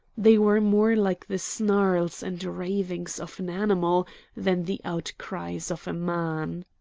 they were more like the snarls and ravings of an animal than the outcries of a man.